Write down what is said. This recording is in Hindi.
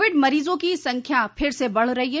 कोविड मरीजों की संख्या फिर से बढ़ रही है